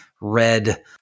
red